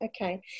Okay